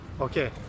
Okay